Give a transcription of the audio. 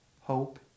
Hope